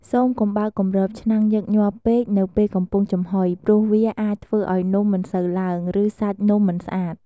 សូមកុំបើកគម្របឆ្នាំងញឹកញាប់ពេកនៅពេលកំពុងចំហុយ ព្រោះវាអាចធ្វើឱ្យនំមិនសូវឡើង ឬសាច់នំមិនស្អាត។